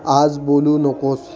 आज बोलू नकोस